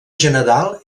general